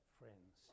friends